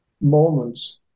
moments